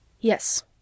Yes